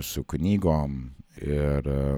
su knygom ir